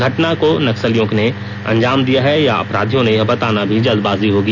घटना को नक्सलियों ने अंजाम दिया है या अपराधियों ने यह बताना अभी जल्दबाजी होगी